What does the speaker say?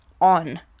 on